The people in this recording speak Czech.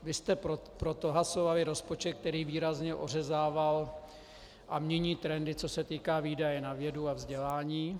Vy jste prohlasovali rozpočet, který výrazně ořezával a mění trendy, co se týká výdajů na vědu a vzdělání.